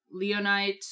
Leonite